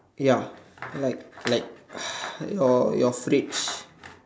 ya like like your fridge